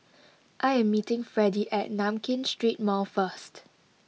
I am meeting Fredie at Nankin Street Mall first